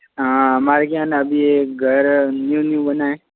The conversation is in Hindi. हाँ हमारे यहाँ ना अभी एक घर न्यू न्यू बना है